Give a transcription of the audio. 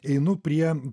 einu prie